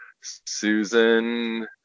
Susan